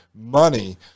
money